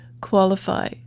qualify